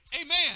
Amen